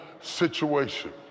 situation